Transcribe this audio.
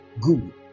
good